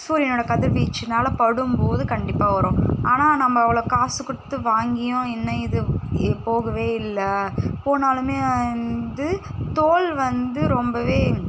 சூரியனோட கதிர் வீச்சு மேலே படும்போது கண்டிப்பாக வரும் ஆனால் நம்ம அவ்வளோ காசு கொடுத்து வாங்கியும் என்ன இது போகவே இல்லை போனாலுமே வந்து தோல் வந்து ரொம்பவே